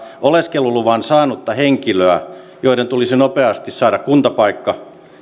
oleskeluluvan saanutta henkilöä joiden tulisi nopeasti saada kuntapaikka